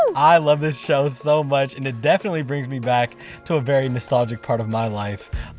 i love this show so much, and it definitely brings me back to a very nostalgic part of my life!